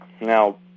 Now